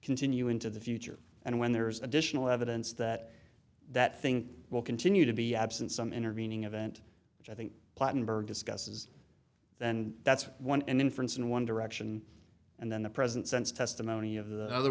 continue into the future and when there is additional evidence that that thing will continue to be absent some intervening event which i think clattenburg discusses then that's one and inference in one direction and then the present sense testimony of the other